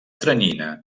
teranyina